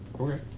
Okay